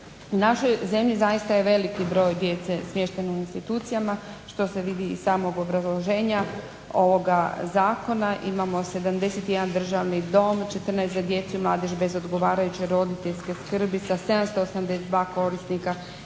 našoj zemlji zaista je veliki broj djece smješteno u institucijama što se vidi iz samog obrazloženja ovoga zakona imamo 71 državni dom, 14 za djecu i mladež bez odgovarajuće roditeljske skrbi sa 782 korisnika, 11 za